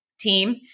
Team